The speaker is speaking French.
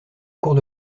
cours